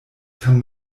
kann